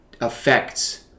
affects